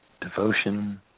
devotion